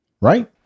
right